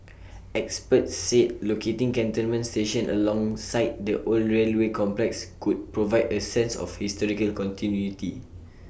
experts said locating Cantonment station alongside the old railway complex could provide A sense of historical continuity